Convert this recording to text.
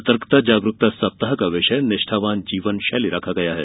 सतर्कता जागरूकता सप्ताह का विषय निष्ठावान जीवन शैली रखा गया है